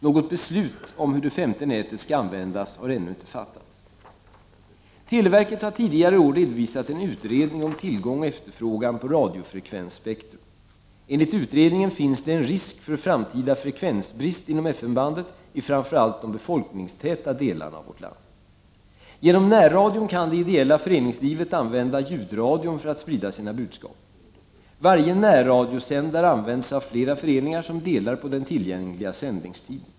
Några beslut om hur det femte nätet skall användas har ännu inte fattats. Televerket har tidigare i år redovisat en utredning om tillgång och efterfrågan på radiofrekvensspektrum. Enligt utredningen finns det en risk för framtida frekvensbrist inom FM-bandet i framför allt de befolkningstäta delarna av vårt land. Genom närradion kan det ideella föreningslivet använda ljudradion för att sprida sina budskap. Varje närradiosändare används av flera föreningar som delar på den tillgängliga sändningstiden.